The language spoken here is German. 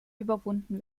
überwunden